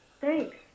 Thanks